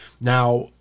Now